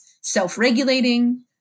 self-regulating